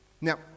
Now